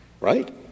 right